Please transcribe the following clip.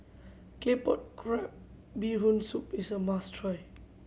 Claypot Crab Bee Hoon Soup is a must try